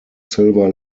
silver